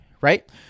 right